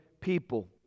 people